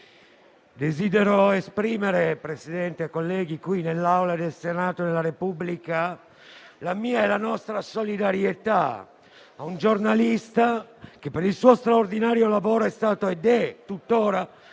Desidero esprimere, qui nell'Aula del Senato della Repubblica, la mia e la nostra solidarietà a un giornalista che per il suo straordinario lavoro è stato ed è tutt'ora